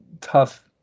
tough